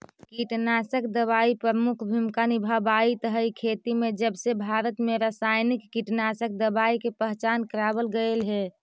कीटनाशक दवाई प्रमुख भूमिका निभावाईत हई खेती में जबसे भारत में रसायनिक कीटनाशक दवाई के पहचान करावल गयल हे